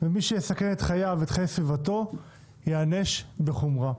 ומי שיסכן את חייו ואת חיי סביבתו, ייענש בחומרה.